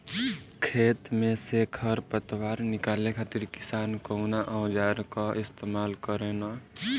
खेत में से खर पतवार निकाले खातिर किसान कउना औजार क इस्तेमाल करे न?